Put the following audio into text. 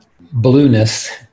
Blueness